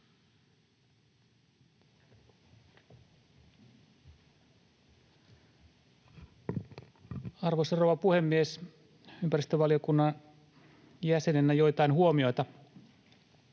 rouva puhemies! Ympäristövaliokunnan jäsenenä joitain huomioita.